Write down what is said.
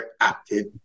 active